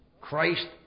Christ